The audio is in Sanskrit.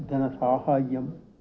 धनसाहाय्यम्